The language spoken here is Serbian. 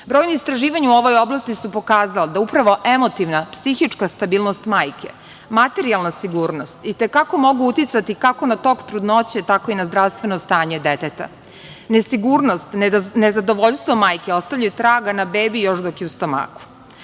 Brojna istraživanja u ovoj oblasti su pokazala da upravo emotivna, psihička stabilnost majke, materijalna sigurnost i te kako mogu uticati kako na tok trudnoće, tako i na zdravstveno stanje deteta. Nesigurnost, nezadovoljstvo majke ostavljaju traga na bebi još dok je u stomaku. Svesna